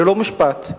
ללא משפט,